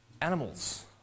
animals